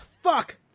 fuck